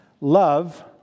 love